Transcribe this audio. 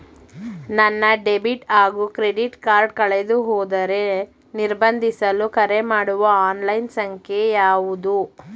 ನನ್ನ ಡೆಬಿಟ್ ಹಾಗೂ credit card ಕಳೆದುಹೋದರೆ ನಿರ್ಬಂಧಿಸಲು ಕರೆಮಾಡುವ ಆನ್ಲೈನ್ ಸಂಖ್ಯೆಯಾವುದು?